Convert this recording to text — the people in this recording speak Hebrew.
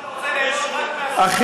אתה רוצה ליהנות רק מהזכויות בלי לעשות צבא.